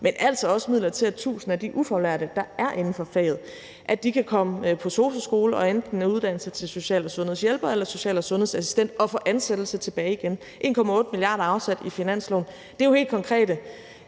men altså også midler til, at 1.000 af de ufaglærte, der er inden for faget, kan komme på sosu-skole og enten uddanne sig til social- og sundhedshjælper eller social- og sundhedsassistent og få ansættelsen tilbage igen. Kl. 12:09 1,8 mia. kr. er afsat i finansloven, og det er jo helt konkrete